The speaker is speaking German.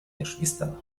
geschwistern